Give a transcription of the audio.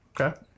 Okay